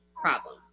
problem